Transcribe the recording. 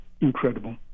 incredible